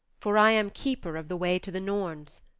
for i am keeper of the way to the norns,